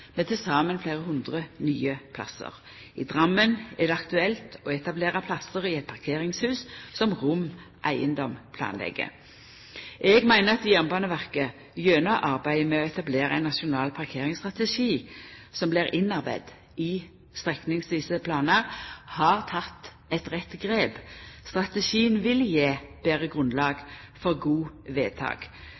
med til saman fleire hundre nye plassar. I Drammen er det aktuelt å etablera plassar i eit parkeringshus som Rom Eiendom planlegg. Eg meiner at Jernbaneverket gjennom arbeidet med å etablera ein nasjonal parkeringsstrategi som blir innarbeidd i strekningsvise planar, har teke eit rett grep. Strategien vil gje eit betre grunnlag for gode vedtak.